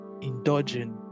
indulging